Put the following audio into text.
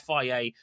FIA